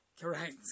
Correct